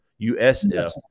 USF